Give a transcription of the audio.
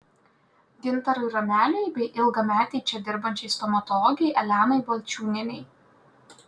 gintarui rameliui bei ilgametei čia dirbančiai stomatologei elenai balčiūnienei